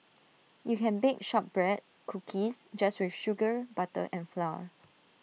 you can bake Shortbread Cookies just with sugar butter and flour